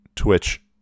Twitch